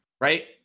Right